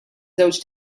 żewġ